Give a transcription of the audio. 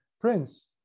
Prince